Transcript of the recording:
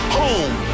home